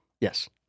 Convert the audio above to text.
Yes